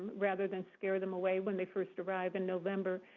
rather than scare them away when they first arrive in november,